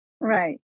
Right